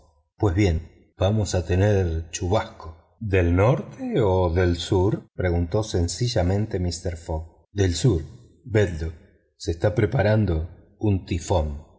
pues bien vamos a tener chubasco del norte o del sur preguntó sencillamente mister fogg del sur vedlo se está preparando un tifón